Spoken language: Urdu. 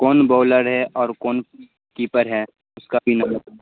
کون بولر ہے اور کون کیپر ہے اس کا بھی نمر